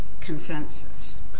consensus